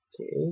okay